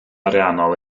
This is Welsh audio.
ariannol